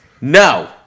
No